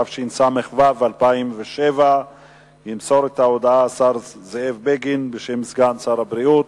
התשס"ו 2007. ימסור את ההודעה השר זאב בגין בשם סגן שר הבריאות.